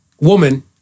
woman